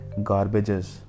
garbages